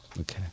okay